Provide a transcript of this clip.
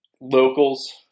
locals